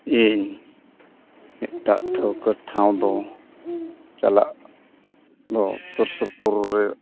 ᱤᱧ ᱢᱤᱫᱴᱟᱜ ᱴᱷᱟᱶᱠᱟᱹ ᱴᱷᱟᱶ ᱫᱚ ᱪᱟᱞᱟᱜ ᱫᱚ ᱥᱩᱨ ᱥᱩᱯᱩᱨ ᱨᱮ